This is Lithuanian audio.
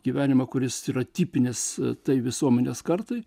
gyvenimą kuris yra tipinis tai visuomenės kartai